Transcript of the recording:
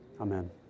Amen